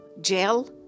jail